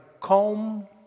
calm